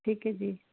ਠੀਕ ਹੈ ਜੀ